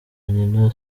nyina